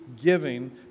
giving